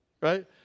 right